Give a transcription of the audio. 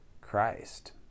Christ